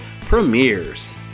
premieres